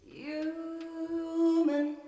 human